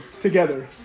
together